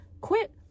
quit